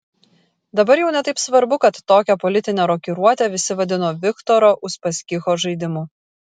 dabar jau ne taip svarbu kad tokią politinę rokiruotę visi vadino viktoro uspaskicho žaidimu